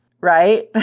right